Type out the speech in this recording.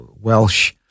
Welsh